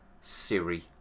Siri